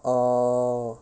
oh